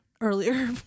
earlier